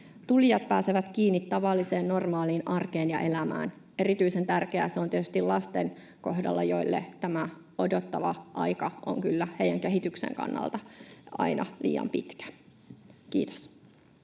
tulijat pääsevät kiinni tavalliseen normaaliin arkeen ja elämään. Erityisen tärkeää se on tietysti lasten kohdalla, joille tämä odottava aika on kyllä heidän kehityksensä kannalta aina liian pitkä. — Kiitos.